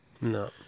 No